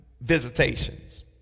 visitations